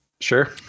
Sure